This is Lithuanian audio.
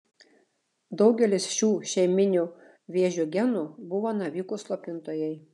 daugelis šių šeiminių vėžio genų buvo navikų slopintojai